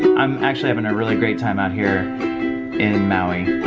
i'm actually havin' a really great time out here in maui.